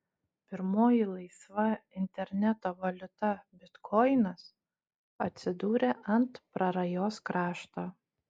pirmoji laisva interneto valiuta bitkoinas atsidūrė ant prarajos krašto